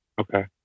Okay